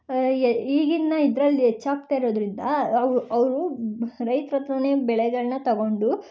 ಈಗಿನ ಇದ್ರಲ್ಲಿ ಹೆಚ್ಚಾಗ್ತಾ ಇರೋದರಿಂದ ಅವು ಅವರು ರೈತ್ರ ಹತ್ರನೇ ಬೆಳೆಗಳನ್ನ ತೊಗೊಂಡು